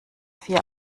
vier